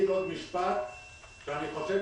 אני חושב